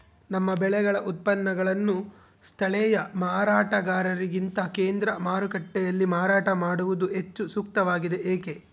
ನಮ್ಮ ಬೆಳೆಗಳ ಉತ್ಪನ್ನಗಳನ್ನು ಸ್ಥಳೇಯ ಮಾರಾಟಗಾರರಿಗಿಂತ ಕೇಂದ್ರ ಮಾರುಕಟ್ಟೆಯಲ್ಲಿ ಮಾರಾಟ ಮಾಡುವುದು ಹೆಚ್ಚು ಸೂಕ್ತವಾಗಿದೆ, ಏಕೆ?